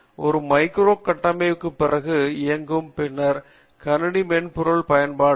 ஒரு மைக்ரோ கட்டமைப்பு பிறகு ஒரு இயங்கு பின்னர் கணினி மென்பொருள் பயன்பாடுகள்